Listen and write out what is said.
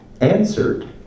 answered